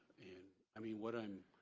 and i mean, what i'm